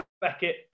Beckett